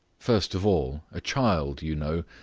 first of all, a child, you know,